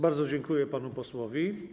Bardzo dziękuję panu posłowi.